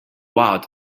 out